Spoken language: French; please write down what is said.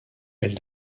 elle